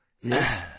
Yes